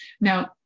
now